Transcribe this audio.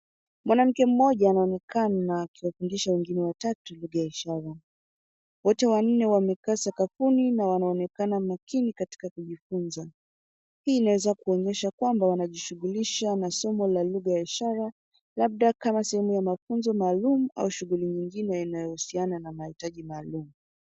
Mwanamke mmoja anaonekana akiwafundisha wegine watatu lugha ya ishara ,wote wanne wamekaa sakafuni na wanaonekana makini katika kujifunza ,hii inaweza kuonyesha kwamba wanajishughulisha na somo la lugha ya ishara labda kama sehemu ya mafunzo maalum au shughuli nyingine inayohusiana na mahitaji maalum.